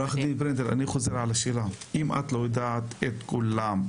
אני חוזר על השאלה: אם את לא יודעת את כולם,